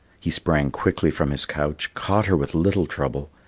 he sprang quickly from his couch, caught her with little trouble,